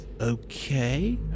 Okay